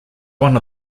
one